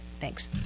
thanks